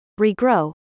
regrow